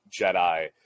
Jedi